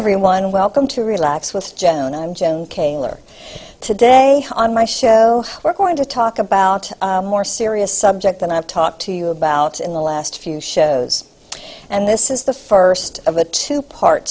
everyone welcome to relax with joan i'm jim kaylor today on my show we're going to talk about more serious subject than i've talked to you about in the last few shows and this is the first of a two part